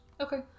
okay